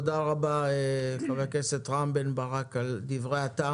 תודה רבה, חבר הכנסת רם בן ברק, על דברי הטעם.